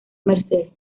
mercer